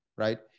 right